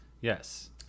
Yes